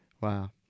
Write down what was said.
Wow